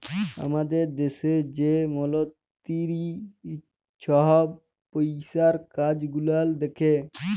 আমাদের দ্যাশে যে মলতিরি ছহব পইসার কাজ গুলাল দ্যাখে